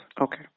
okay